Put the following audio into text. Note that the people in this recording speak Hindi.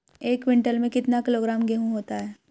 एक क्विंटल में कितना किलोग्राम गेहूँ होता है?